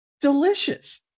Delicious